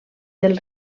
del